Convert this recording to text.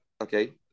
okay